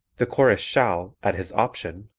the chorus shall at his option,